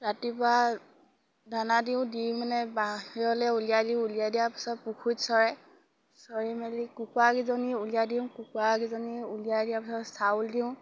ৰাতিপুৱা দানা দিওঁ দি মানে বাহিৰলে উলিয়াই দিওঁ উলিয়াই দিয়া পিছত পুখুৰীত চৰে চৰি মেলি কুকুৰাকিজনী উলিয়াই দিওঁ কুকুৰাকিজনী উলিয়াই দিয়াৰ পিছত চাউল দিওঁ